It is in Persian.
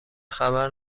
خبر